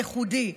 ייחודי,